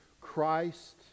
Christ